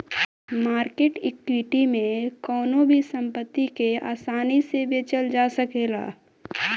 market equity में कवनो भी संपत्ति के आसानी से बेचल जा सकेला